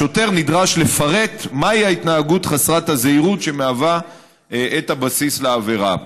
השוטר נדרש לפרט מהי ההתנהגות חסרת הזהירות שמהווה את הבסיס לעבירה.